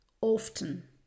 often